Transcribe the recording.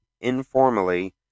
informally